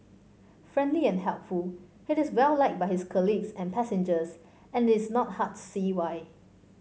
friendly and helpful he is well liked by his colleagues and passengers and it's not hard to see why